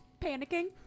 Panicking